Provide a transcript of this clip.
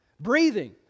Breathing